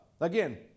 Again